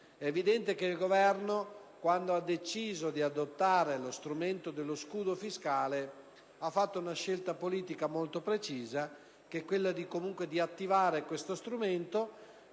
È evidente che quando il Governo ha deciso di adottare lo strumento dello scudo fiscale ha fatto una scelta politica molto precisa, quella di attivare comunque tale strumento